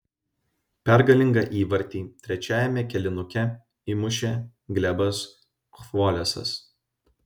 pergalingą įvartį trečiajame kėlinuke įmušė glebas chvolesas